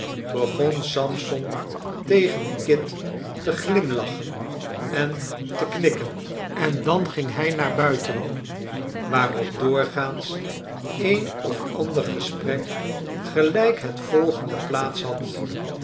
begon sampson tegen kit te glimlachen en te knikken en dan ging hij naar buiten waarop doorgaans een of ander gesprek gelijk het volgende plaats had